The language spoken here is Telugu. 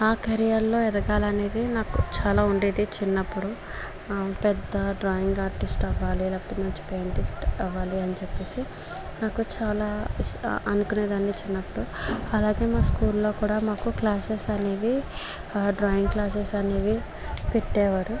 నా కెరియర్లో ఏదగాలి అనేది నాకు చాలా ఉండేది చిన్నప్పుడు పెద్ద డ్రాయింగ్ ఆర్టిస్ట్ అవ్వాలి లేకపోతే మంచి పేంటిస్ట్ అవ్వాలి అని చేప్పేసి నాకు చాలా అనుకునేదాన్ని చిన్నప్పుడు అలాగే మా స్కూల్లో కూడా మాకు క్లాసెస్ అనేవి డ్రాయింగ్ క్లాసెస్ అనేవి పెట్టేవారు